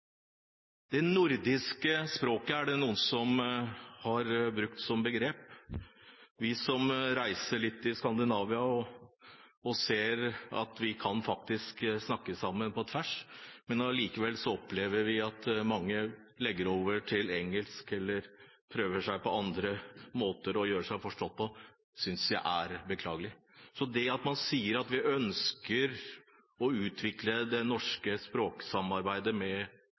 «De nordiske språkene» er et begrep som noen har brukt. Vi som reiser litt i Skandinavia, og ser at vi faktisk kan snakke sammen på tvers, opplever likevel at mange legger over til engelsk eller prøver å gjøre seg forstått på andre måter. Det synes jeg er beklagelig. Så det at man sier at man ønsker å utvikle det norske språksamarbeidet